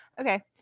Okay